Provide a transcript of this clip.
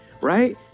right